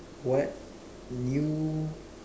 what new